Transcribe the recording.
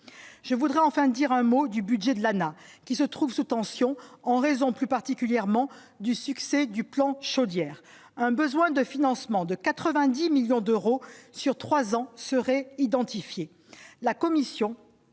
je voudrais enfin dire un mot du budget de l'ANA qui se trouve sous tension en raison plus particulièrement du succès du plan chaudière, un besoin de financement de 90 millions d'euros sur 3 ans seraient identifiés